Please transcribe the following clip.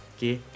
Okay